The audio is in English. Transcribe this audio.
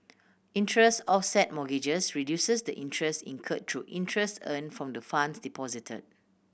interest offset mortgages reduces the interest incurred through interest earned from the funds deposited